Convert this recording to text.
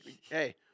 hey